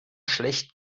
schlecht